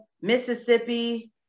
Mississippi